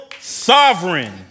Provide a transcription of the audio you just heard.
sovereign